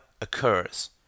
occurs